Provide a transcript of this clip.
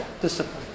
discipline